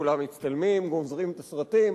צילומים, כולם מצטלמים, גוזרים את הסרטים.